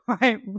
right